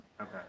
Okay